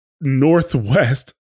northwest